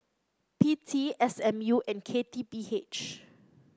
P T S M U and K T P H